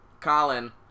colin